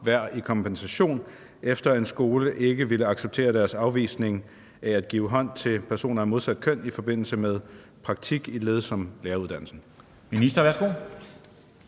hver i kompensation, efter en skole ikke ville acceptere deres afvisning af at give hånd til personer af modsat køn i forbindelse med praktik som led i læreruddannelsen?